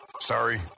Sorry